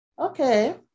okay